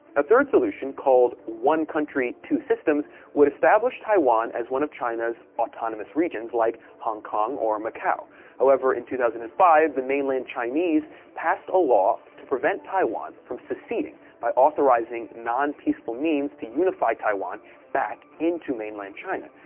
a third solution, called one country, two systems would establish taiwan as one of china's autonomous regions, like hong kong and macau however, in two thousand and five, the mainland chinese passed a law to prevent taiwan from seceding, by authorizing non-peaceful means to unify taiwan back into mainland china.